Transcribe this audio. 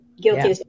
Guilty